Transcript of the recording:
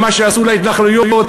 ומה שייעשו להתנחלויות,